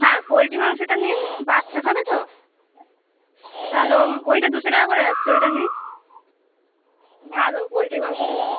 হ্যাঁ পোলট্রি মাংসটা নিন বাচ্চা খাবে তো তালে ম ওইটা দুশো টাকা করে যাচ্ছে ওইটা নিন ভালো পোলট্রির মাংসটা ভালো